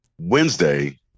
Wednesday